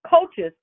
coaches